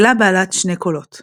מקהלה בעלת שני קולות